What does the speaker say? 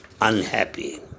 unhappy